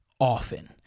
often